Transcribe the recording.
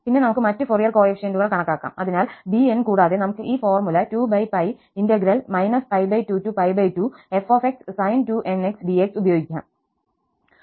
പിന്നെ നമുക്ക് മറ്റ് ഫൊറിയർ കോഎഫിഷ്യന്റുകൾ കണക്കാക്കാം അതിനാൽ bn കൂടാതെ നമുക്ക് ഈ formula 2−22f sin 2nx dx ഉപയോഗിക്കാം